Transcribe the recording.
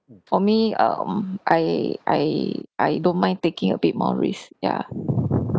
for me um I I I don't mind taking a bit more risk ya